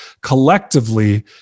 Collectively